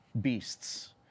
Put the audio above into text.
beasts